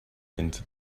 into